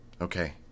Okay